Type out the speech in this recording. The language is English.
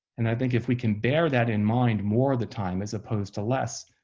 and i think if we can bear that in mind more of the time as opposed to less,